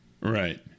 Right